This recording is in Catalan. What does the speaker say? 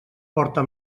porta